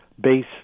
base